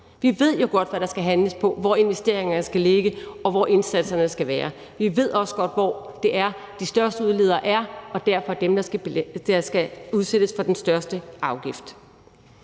Vi ved jo godt, hvad der skal handles på, hvor investeringerne skal ligge, og hvor indsatserne skal være. Vi ved også godt, hvor det er, de største udledere er, og derfor er det dem, der skal udsættes for den største afgift.